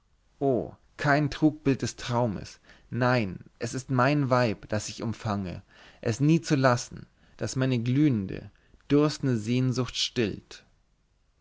oh kein trugbild des traumes nein es ist mein weib das ich umfange es nie zu lassen das meine glühende dürstende sehnsucht stillt